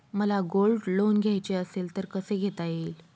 मला gold loan घ्यायचे असेल तर कसे घेता येईल?